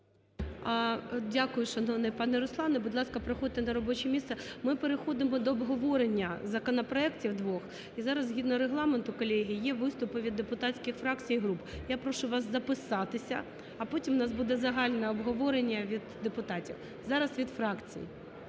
Дякую, шановний пане Руслане. Будь ласка, проходьте на робоче місце. Ми переходимо до обговорення законопроектів двох. І зараз згідно Регламенту, колеги, є виступи від депутатських фракцій і груп. Я прошу вас записатися, а потім в нас буде загальне обговорення від депутатів. Зараз – від фракцій.